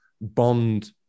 bond